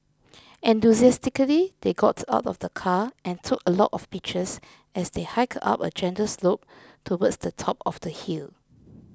enthusiastically they got out of the car and took a lot of pictures as they hiked up a gentle slope towards the top of the hill